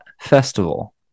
festival